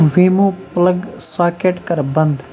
ویٖمو plug socket کر بنٛد